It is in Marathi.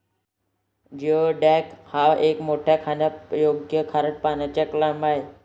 जिओडॅक हा एक मोठा खाण्यायोग्य खारट पाण्याचा क्लॅम आहे